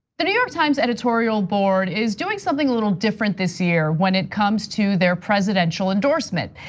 the new york times editorial board is doing something a little different this year when it comes to their presidential endorsement.